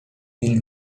dil